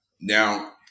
Now